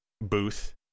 booth